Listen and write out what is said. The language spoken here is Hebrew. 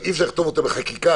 אי-אפשר לכתוב אותם בחקיקה,